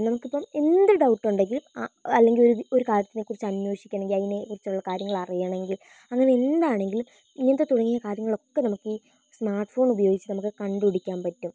നമുക്കിപ്പം എന്ത് ഡൗട്ടുണ്ടെങ്കിലും ആ അല്ലെങ്കിൽ ഒരു ഒരു കാര്യത്തിനെക്കുറിച്ച് അന്വേഷിക്കണമെങ്കിൽ അതിനെക്കുറിച്ചുള്ള കാര്യങ്ങൾ അറിയണമെങ്കിൽ അംഗൻ എന്താണെങ്കിലും ഇങ്ങനത്തെ തുടങ്ങിയ കാര്യങ്ങളൊക്കെ നമുക്കീ സ്മാർട്ട് ഫോൺ ഉപയോഗിച്ച് നമുക്ക് കണ്ടുപിടിക്കാൻ പറ്റും